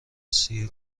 سیر